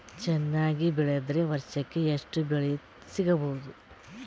ಚೆನ್ನಾಗಿ ಬೆಳೆದ್ರೆ ವರ್ಷಕ ಎಷ್ಟು ಬೆಳೆ ಸಿಗಬಹುದು?